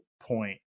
point